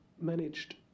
managed